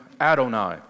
Adonai